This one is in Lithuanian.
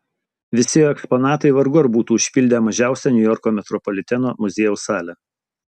visi jo eksponatai vargu ar būtų užpildę mažiausią niujorko metropoliteno muziejaus salę